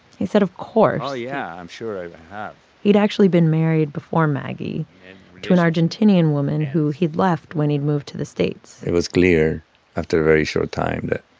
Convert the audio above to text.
he said, of course oh, yeah. i'm sure i have he'd actually been married before maggie to an argentinean woman who he'd left when he'd moved to the states it was clear after a very short time that